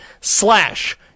slash